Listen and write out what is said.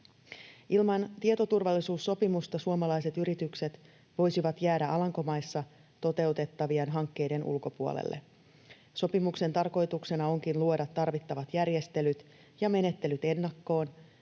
Ilman tietoturvallisuussopimusta suomalaiset yritykset voisivat jäädä Alankomaissa toteutettavien hankkeiden ulkopuolelle. Sopimuksen tarkoituksena onkin luoda tarvittavat järjestelyt ja menettelyt ennakkoon,